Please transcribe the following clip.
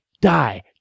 die